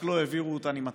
רק לא העבירו אותן עם התקציב.